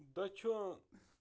دٔچھُن